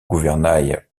gouvernail